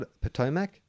Potomac